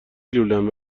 لولند